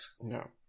No